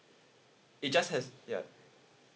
it just has ya